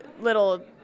little